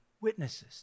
witnesses